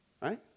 right